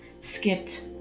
skipped